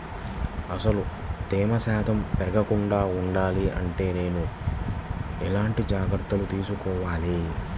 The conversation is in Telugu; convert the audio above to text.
అసలు తేమ శాతం పెరగకుండా వుండాలి అంటే నేను ఎలాంటి జాగ్రత్తలు తీసుకోవాలి?